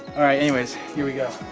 all right, anyway, here we go.